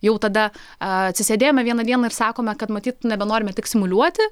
jau tada atsisėdėjome vieną dieną ir sakome kad matyt nebenorime tik simuliuoti